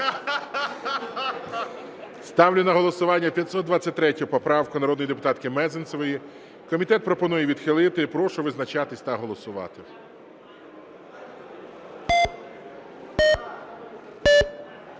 Ставлю на голосування 523 поправку народної депутатки Мезенцевої. Комітет пропонує відхилити і прошу визначатися та голосувати.